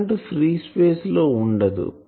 current free space లో ఉండదు